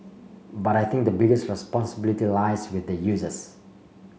but I think the biggest responsibility lies with the users